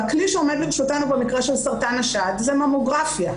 והכלי שעומד לרשותנו במקרה של סרטן השד זה ממוגרפיה,